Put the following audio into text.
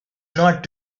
not